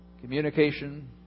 communication